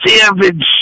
Savage